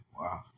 Wow